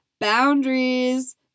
boundaries